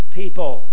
people